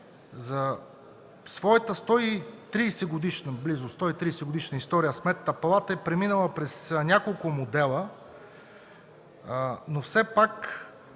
за своята близо 130-годишна история Сметната палата е преминала през няколко модела, но все пак